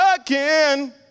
again